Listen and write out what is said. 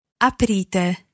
Aprite